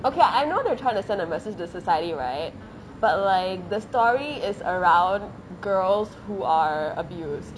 okay I know they're trying to send a message to society right but like the story is around girls who are abused